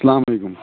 سلامُ علیکُم